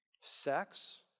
Sex